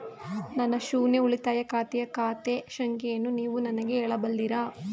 ನನ್ನ ಶೂನ್ಯ ಉಳಿತಾಯ ಖಾತೆಯ ಖಾತೆ ಸಂಖ್ಯೆಯನ್ನು ನೀವು ನನಗೆ ಹೇಳಬಲ್ಲಿರಾ?